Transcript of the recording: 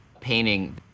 painting